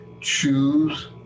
choose